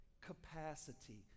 capacity